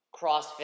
CrossFit